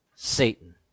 satan